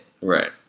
Right